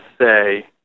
say